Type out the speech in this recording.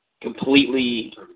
completely